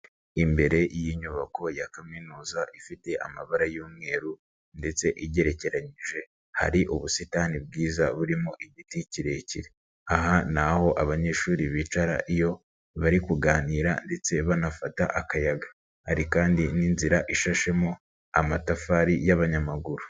Imbere y'inyubako ya kaminuza ifite amabara y'umweru ndetse igerekeje, hari ubusitani bwiza burimo igiti kirekire, aha n'aho abanyeshuri bicara iyo bari kuganira ndetse banafata akayaga, hari kandi n'inzira ishashemo amatafari y'abanyamaguru.